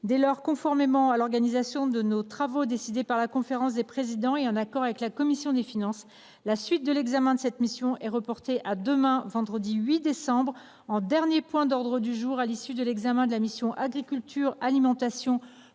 Dès lors, conformément à l’organisation de nos travaux décidée par la conférence des présidents et en accord avec la commission des finances, la suite de l’examen de cette mission est reportée à demain, vendredi 8 décembre, en dernier point de l’ordre du jour, à l’issue de l’examen de la mission « Agriculture, alimentation,